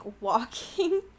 walking